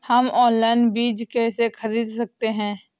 हम ऑनलाइन बीज कैसे खरीद सकते हैं?